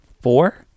four